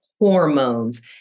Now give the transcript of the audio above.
hormones